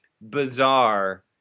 bizarre